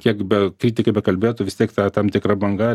kiek be kritikai bekalbėtų vis tiek tą tam tikra banga